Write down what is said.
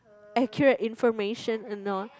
accurate information or not